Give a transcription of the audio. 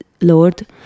Lord